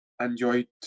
enjoyed